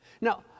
Now